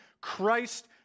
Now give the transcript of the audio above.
Christ